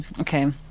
Okay